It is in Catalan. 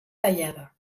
tallada